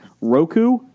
Roku